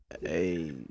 Hey